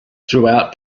throughout